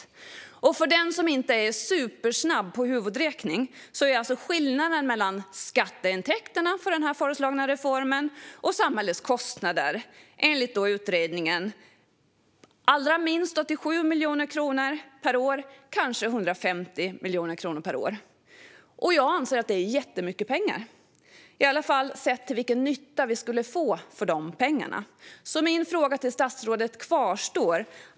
Till den som inte är supersnabb på huvudräkning kan jag säga att skillnaden mellan skatteintäkterna för reformen och samhällets kostnader för den enligt utredningen blir minst 87 miljoner kronor per år och kanske så mycket som 150 miljoner kronor per år. Jag anser att det är jättemycket pengar, i alla fall sett till den nytta vi skulle få för de pengarna. Min fråga till statsrådet kvarstår.